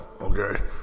okay